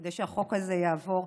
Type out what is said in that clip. כדי שהחוק הזה יעבור,